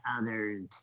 others